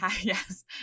Yes